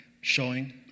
showing